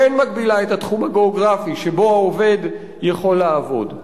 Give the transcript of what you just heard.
כן מגבילה את התחום הגיאוגרפי שבו העובד יכול לעבוד,